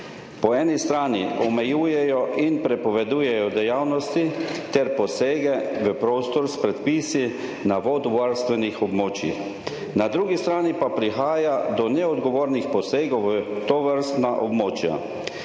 Po eni strani omejujejo in prepovedujejo dejavnosti ter posege v prostor s predpisi na vodovarstvenih območjih, na drugi strani pa prihaja do neodgovornih posegov v tovrstna območja.